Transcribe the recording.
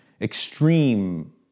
extreme